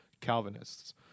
Calvinists